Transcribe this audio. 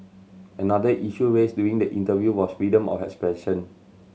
another issue raised during the interview was freedom of expression